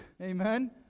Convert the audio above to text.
Amen